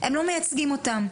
הם לא מייצגים אותם.